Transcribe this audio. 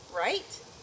right